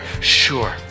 Sure